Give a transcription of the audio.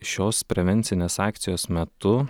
šios prevencinės akcijos metu